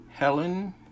Helen